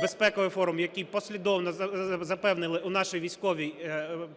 безпековий форум, який... послідовно запевнили у нашій військовій